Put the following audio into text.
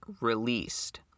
released